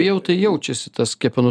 jau tai jaučiasi tas kepenų